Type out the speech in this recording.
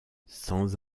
sans